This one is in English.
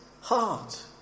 heart